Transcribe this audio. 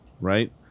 right